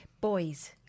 boys